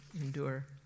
endure